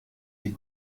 die